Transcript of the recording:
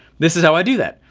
this is how i do that.